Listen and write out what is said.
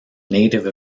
native